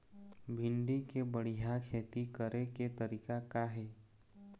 भिंडी के बढ़िया खेती करे के तरीका का हे?